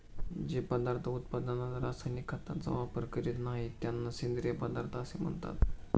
जे पदार्थ उत्पादनात रासायनिक खतांचा वापर करीत नाहीत, त्यांना सेंद्रिय पदार्थ असे म्हणतात